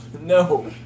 No